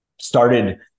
started